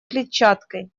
клетчаткой